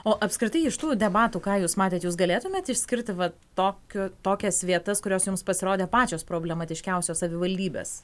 o apskritai iš tų debatų ką jūs matėte jūs galėtumėt išskirti va tokio tokias vietas kurios jums pasirodė pačios problematiškiausios savivaldybės